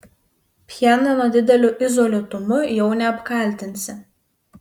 pchenjano dideliu izoliuotumu jau neapkaltinsi